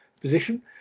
position